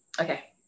okay